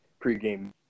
pregame